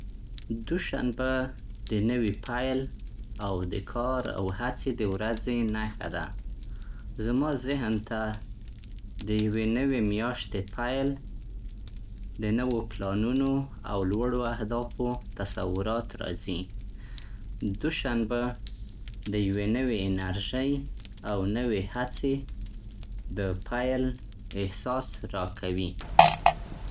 دوشنبه د نوې پیل او د کار او هڅې د ورځې نښه ده. زما ذهن ته د یوې نوي میاشتې پیل، د نوو پلانونو او لوړو اهدافو تصورات راځي. دوشنبه د یوې نوې انرژۍ او نوې هڅې د پیل احساس راکوي.